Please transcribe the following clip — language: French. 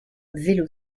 vélo